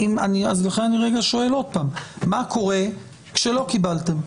לכן אני שואל שוב מה קורה כשלא קיבלתם.